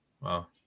Wow